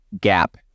gap